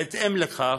בהתאם לכך,